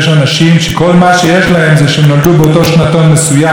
נולדו באותו שנתון מסוים ולצבא אין בהם שום צורך,